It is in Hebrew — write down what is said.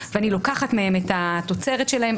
ואני לוקחת מהם את התוצרת שלהם.